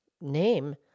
name